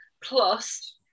plus